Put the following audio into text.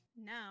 Now